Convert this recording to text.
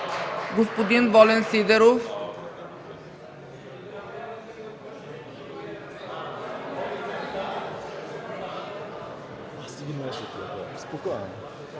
господин Волен Сидеров.